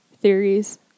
theories